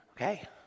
okay